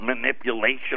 Manipulation